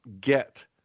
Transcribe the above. get